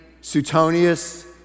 Suetonius